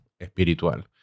espiritual